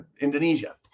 Indonesia